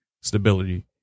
stability